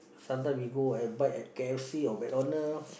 sometime we go and bite at k_f_c or MacDonald